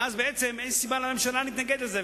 אז בעצם אין סיבה לממשלה להתנגד לזה.